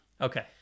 Okay